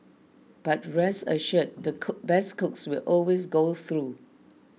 but rest assured the cook best cooks will always go through